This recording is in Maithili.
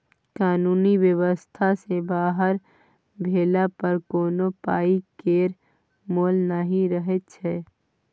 कानुनी बेबस्था सँ बाहर भेला पर कोनो पाइ केर मोल नहि रहय छै